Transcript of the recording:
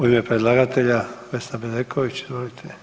U ime predlagatelja Vesna Bedeković, izvolite.